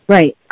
Right